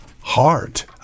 heart